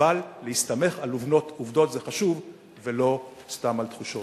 אבל חשוב להסתמך על עובדות ולא סתם על תחושות.